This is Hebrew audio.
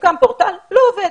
הוקם פורטל והוא לא עובד.